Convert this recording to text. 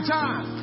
time